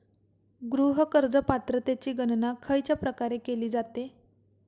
गृह कर्ज पात्रतेची गणना खयच्या प्रकारे केली जाते?